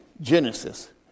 Genesis